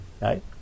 right